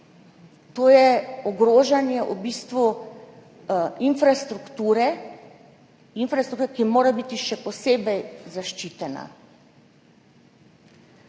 bistvu ogrožanje infrastrukture, ki mora biti še posebej zaščitena.